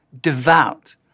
devout